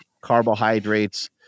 carbohydrates